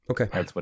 Okay